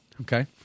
okay